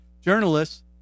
journalists